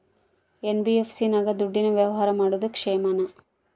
NBFC ನಾಗ ದುಡ್ಡಿನ ವ್ಯವಹಾರ ಮಾಡೋದು ಕ್ಷೇಮಾನ?